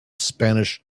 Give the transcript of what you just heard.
spanish